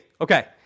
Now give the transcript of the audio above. Okay